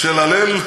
של הלל אריאל,